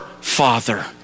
Father